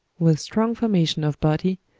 with strong formation of body,